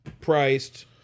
priced